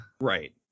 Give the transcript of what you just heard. Right